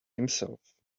himself